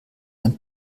ein